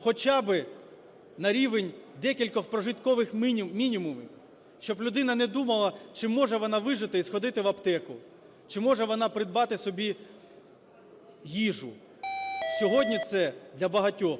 хоча би на рівень декількох прожиткових мінімумів, щоб людина не думала, чи може вона вижити і сходити в аптеку, чи може вона придбати собі їжу. Сьогодні це для багатьох